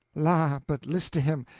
la, but list to him!